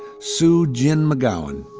sue gin mcgowan.